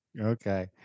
Okay